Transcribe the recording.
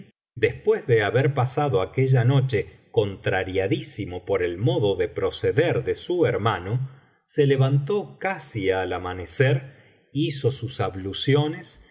después de haber pasado aquella noche contrariadísimo por el modo de proceder de su hermano se levantó casi al amanecer hizo sus